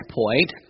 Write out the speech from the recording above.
point